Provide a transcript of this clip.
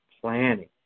planning